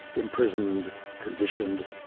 imprisoned, conditioned,